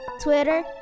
twitter